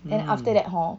then after that hor